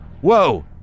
Whoa